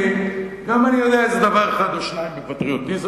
גם אני יודע איזה דבר או שניים בפטריוטיזם,